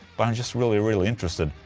but i'm just really really interested.